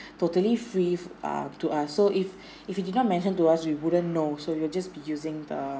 totally free uh to us so if if he did not mention to us we wouldn't know so we'll just be using the